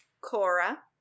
Cora